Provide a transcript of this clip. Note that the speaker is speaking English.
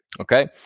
Okay